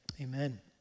amen